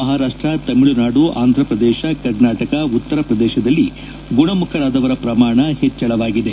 ಮಹಾರಾಷ್ಲ ತಮಿಳುನಾಡು ಆಂಧ್ರಪ್ರದೇಶ ಕರ್ನಾಟಕ ಉತ್ತರಪ್ರದೇಶದಲ್ಲಿ ಗುಣಮುಖರಾದವರ ಪ್ರಮಾಣ ಹೆಚ್ಚಳವಾಗಿದೆ